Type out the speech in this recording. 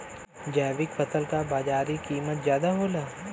जैविक फसल क बाजारी कीमत ज्यादा होला